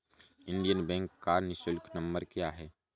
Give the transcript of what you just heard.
Indian Bank का निःशुल्क number क्या है?